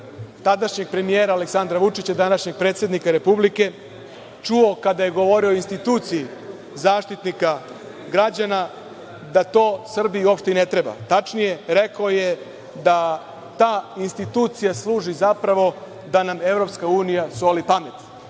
tadašnjeg premijera Aleksandra Vučića, današnjeg predsednika Republika, čuo sam kada je govorio o instituciji Zaštitnika građana, da to Srbiji uopšte i ne treba. Tačnije, rekao je, da ta institucija služi zapravo da nam EU soli pamet